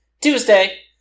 Tuesday